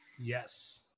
Yes